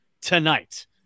tonight